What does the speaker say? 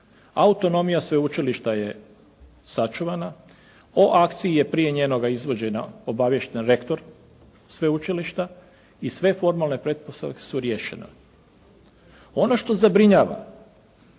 Autonomija sveučilišta je sačuvana. O akciji je prije njenoga izvođenja obaviješten rektor sveučilišta i sve formalne pretpostavke su riješene. Ono što zabrinjava